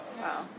Wow